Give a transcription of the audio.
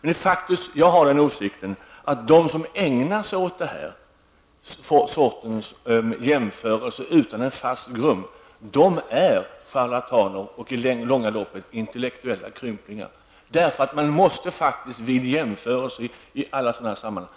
Men jag har den åsikten, att de som ägnar sig åt den sortens jämförelser utan en fast grund, de är charlater och i det långa loppet intellektuella krymplingar. Man måste vid en jämförelse i alla sådana sammanhang